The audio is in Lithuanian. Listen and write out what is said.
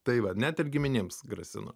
tai va net ir giminėms grasino